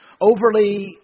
Overly